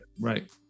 Right